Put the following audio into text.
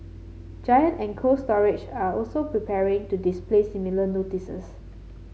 Giant and Cold Storage are also preparing to display similar notices